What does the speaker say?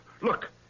Look